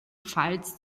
pfalz